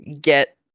get